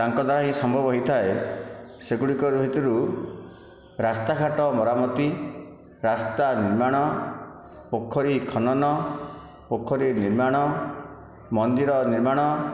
ତାଙ୍କ ଦ୍ଵାରା ହିଁ ସମ୍ଭବ ହୋଇଥାଏ ସେଗୁଡ଼ିକ ଭିତରୁ ରାସ୍ତାଘାଟ ମରାମତି ରାସ୍ତା ନିର୍ମାଣ ପୋଖରୀ ଖନନ ପୋଖରୀ ନିର୍ମାଣ ମନ୍ଦିର ନିର୍ମାଣ